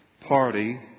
party